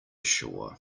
shore